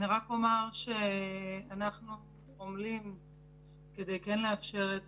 אני רק אומר שאנחנו פועלים כדי כן לאפשר את